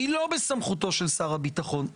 לא בסמכות שר הביטחון,